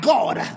God